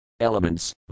Elements